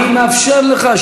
אני מאפשר לך,